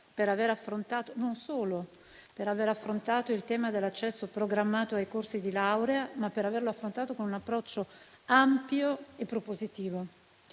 De Cristofaro non solo per aver affrontato il tema dell'accesso programmato ai corsi di laurea, ma anche per averlo fatto con un approccio ampio e propositivo,